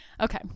Okay